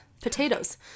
potatoes